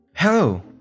Hello